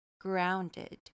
grounded